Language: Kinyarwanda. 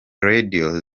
radio